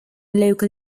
local